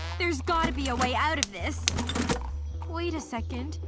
there's got to be a way out of this wait a second,